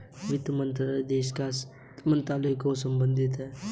वित्त मंत्रीत्व देश के वित्त मंत्री से संबंधित है